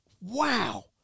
Wow